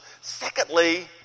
Secondly